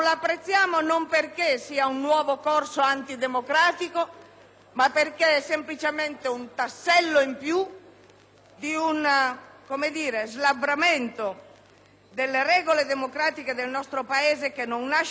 di uno slabbramento delle regole democratiche del nostro Paese, che non nasce oggi ma viene da molto più lontano. Avete bloccato per mesi, insieme, la Commissione di vigilanza